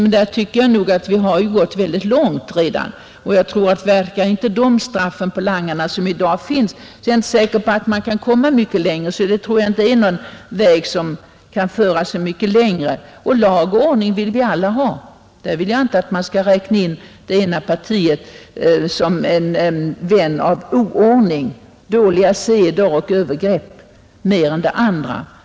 Men där tycker jag nog att vi redan har gått synnerligen långt. Verkar inte dagens straff på langarna, är jag inte säker på att man kan komma mycket längre. Jag tror således inte att det finns någon väg som kan föra avsevärt längre. Lag och ordning vill vi alla ha, men jag vill inte att man skall betrakta det ena partiet såsom vän av oordning, dåliga seder och övergrepp mer än det andra.